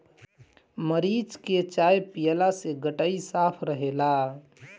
मरीच के चाय पियला से गटई साफ़ रहेला